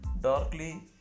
darkly